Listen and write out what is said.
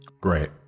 Great